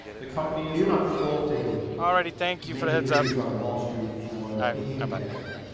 the company is. your not faulting major figures on wall street for behaving badly.